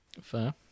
Fair